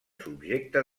subjecte